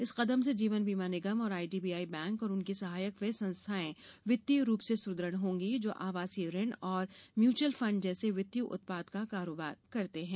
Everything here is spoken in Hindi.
इस कदम से जीवन बीमा निगम और आईडीबीआई बैंक और उनकी सहायक वे संस्थाएं वित्तीय रूप से सुदृढ़ होंगी जो आवासीय ऋण और म्युचुअल फंड जैसे वित्तीय उत्पाद का कारोबार करते है